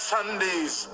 Sundays